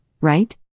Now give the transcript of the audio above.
right